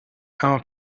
our